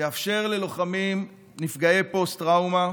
תאפשר ללוחמים נפגעי פוסט-טראומה